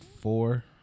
four